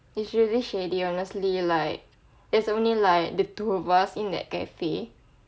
it's really shady honestly like it's only like the two of us in that cafe